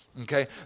okay